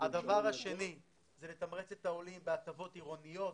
הדבר השני הוא לתמרץ את העולים בהטבות עירוניות,